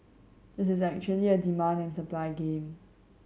this is actually a demand and supply game